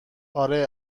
آره